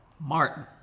Martin